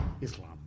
Islam